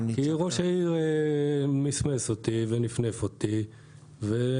כי ראש העיר מסמס אותי ונפנף אותי ולא